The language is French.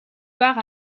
part